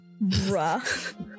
Bruh